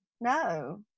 no